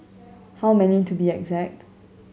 how many to be exact